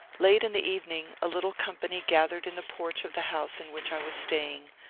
late in the evening a little company gathered in the porch of the house in which i was staying,